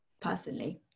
personally